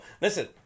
Listen